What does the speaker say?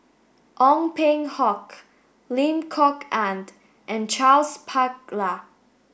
Ong Peng Hock Lim Kok Ann and Charles Paglar